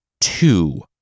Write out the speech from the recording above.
Two